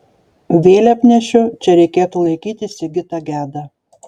vėliavnešiu čia reikėtų laikyti sigitą gedą